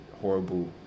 horrible